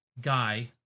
guy